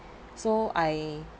so I